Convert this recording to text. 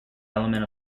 element